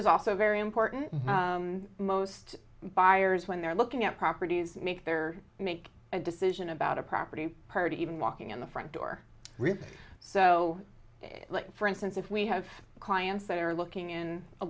is also very important and most buyers when they're looking at properties make their make a decision about a property party even walking in the front door so for instance if we have clients that are looking in a